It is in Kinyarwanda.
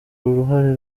uruhare